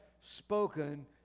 spoken